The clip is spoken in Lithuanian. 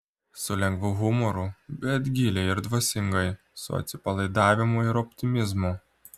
su lengvu humoru bet giliai ir dvasingai su atsipalaidavimu ir optimizmu